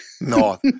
No